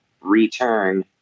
return